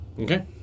Okay